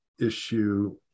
issue